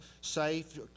safe